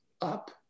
up